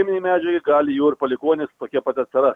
cheminiai medžiagai gali jų ir palikuonys tokie pat atsirast